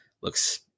looks